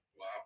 Wow